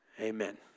Amen